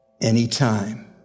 anytime